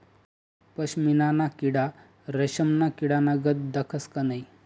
पशमीना ना किडा रेशमना किडानीगत दखास का नै